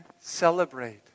celebrate